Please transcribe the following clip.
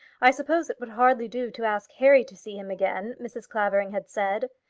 i suppose it would hardly do to ask harry to see him again, mrs. clavering had said.